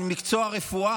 מקצוע הרפואה,